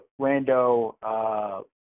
rando